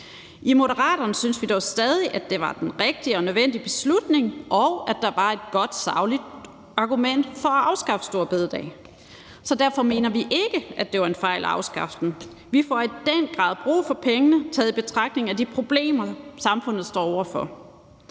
I Moderaterne synes vi dog stadig, at det var den rigtige og nødvendige beslutning, og at der var et godt, sagligt argument for at afskaffe store bededag, så derfor mener vi ikke, at det var en fejl at afskaffe den. Vi får i den grad brug for pengene i betragtning af de problemer, samfundet står over for,